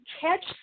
catch